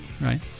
Right